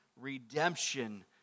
redemption